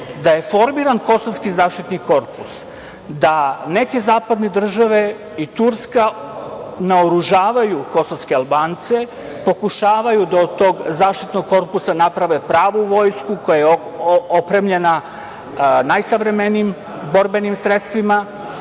da je formiran kosovski zaštitni korpus, da neke zapadne države, i Turska, naoružavaju kosovske Albance, pokušavaju da od tog zaštitnog korpusa naprave pravu vojsku, koja je opremljena najsavremenijim borbenim sredstvima